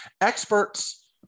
experts